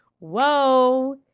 Whoa